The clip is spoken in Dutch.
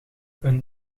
een